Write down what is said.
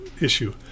issue